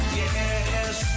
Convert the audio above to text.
yes